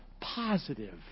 positive